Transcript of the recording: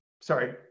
Sorry